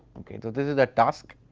so this is the task.